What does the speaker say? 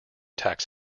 tax